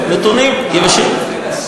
נתונים יבשים.